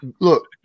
look